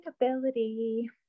ability